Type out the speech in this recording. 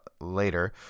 later